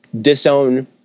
disown